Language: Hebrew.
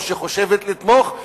או שחושבת לתמוך,